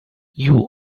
you